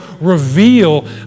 reveal